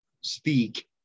speak